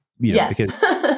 Yes